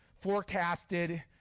forecasted